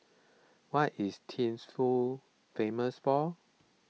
what is Thimphu famous for